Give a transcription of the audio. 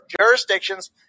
jurisdictions